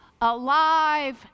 alive